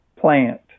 plant